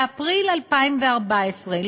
באפריל 2014,